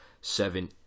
seven